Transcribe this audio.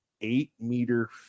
Eight-meter